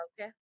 Okay